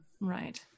Right